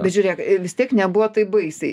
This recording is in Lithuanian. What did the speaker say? bet žiūrėk vis tiek nebuvo taip baisiai